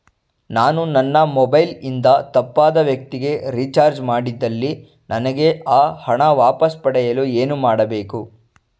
ನಾನು ನನ್ನ ಮೊಬೈಲ್ ಇಂದ ತಪ್ಪಾದ ವ್ಯಕ್ತಿಗೆ ರಿಚಾರ್ಜ್ ಮಾಡಿದಲ್ಲಿ ನನಗೆ ಆ ಹಣ ವಾಪಸ್ ಪಡೆಯಲು ಏನು ಮಾಡಬೇಕು?